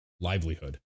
livelihood